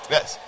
Yes